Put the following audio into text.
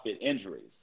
injuries